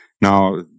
Now